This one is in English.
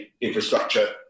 infrastructure